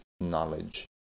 knowledge